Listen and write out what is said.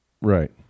Right